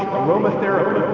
aromatherapy.